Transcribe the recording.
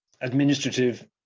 administrative